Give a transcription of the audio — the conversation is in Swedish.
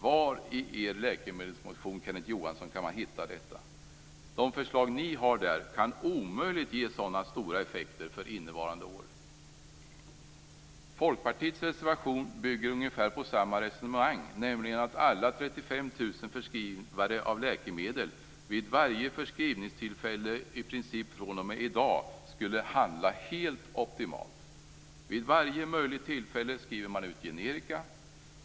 Var i er läkemedelsmotion kan man hitta detta, Kenneth Johansson? De förslag ni framför där kan omöjligt ge sådana stora effekter för innevarande år. Folkpartiets reservation bygger ungefär på samma resonemang, nämligen att alla 35 000 förskrivare av läkemedel vid varje förskrivningstillfälle, i princip fr.o.m. i dag, skulle handla helt optimalt. Vid varje möjligt tillfälle skriver man ut generika.